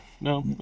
no